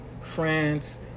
France